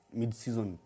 mid-season